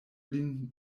lin